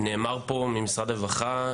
נאמר פה ממשרד הרווחה,